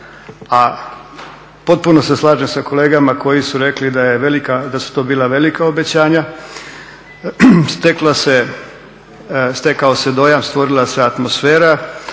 A potpuno se slažem sa kolegama koji su rekli da su to bila velika obećanja. Stekao se dojam, stvorila se atmosfera